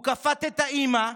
הוא כפת את האימא,